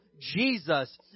Jesus